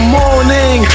morning